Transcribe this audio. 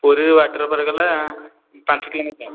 ପୁରୀରୁ water park ହେଲା ପାଞ୍ଚ କିଲୋମିଟର